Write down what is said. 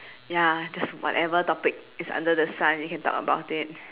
ya just whatever topic is under the sun you can talk about it